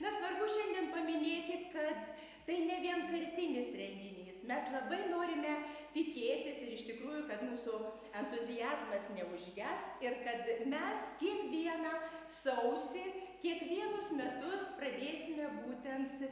na svarbu šiandien paminėti kad tai ne vienkartinis renginys mes labai norime tikėtis ir iš tikrųjų kad mūsų entuziazmas neužges ir kad mes kiekvieną sausį kiekvienus metus pradėsime būtent